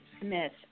Smith